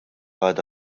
għadha